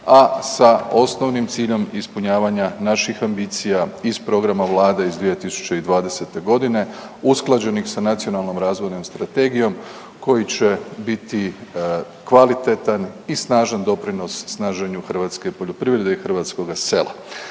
a sa osnovnim ciljom ispunjavanja naših ambicija iz programa Vlade iz 2020. g. usklađenih sa Nacionalnom razvojnom strategijom koji će biti kvalitetan i snažan doprinos snaženju hrvatske poljoprivrede i hrvatskoga sela.